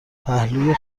پهلوی